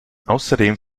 außerdem